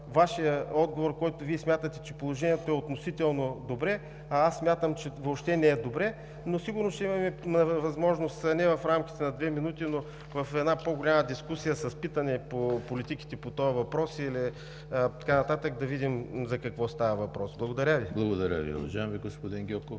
Вашия отговор, в който Вие смятате, че положението е относително добро. Аз смятам, че въобще не е добро, но сигурно ще имаме възможност – не в рамките на две минути, но в една по-голяма дискусия с питане по политиките по този въпрос, да видим за какво става въпрос. Благодаря Ви. ПРЕДСЕДАТЕЛ ЕМИЛ ХРИСТОВ: Благодаря Ви, уважаеми господин Гьоков.